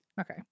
Okay